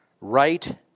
right